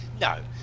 no